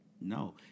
no